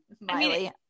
Miley